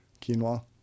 Quinoa